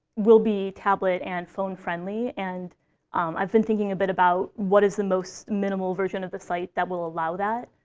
will be tablet and phone-friendly. and i've been thinking a bit about what is the most minimal version of the site that will allow that.